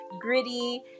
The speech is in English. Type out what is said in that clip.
gritty